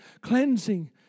cleansing